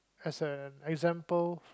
as an example